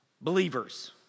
Believers